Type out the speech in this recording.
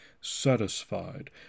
satisfied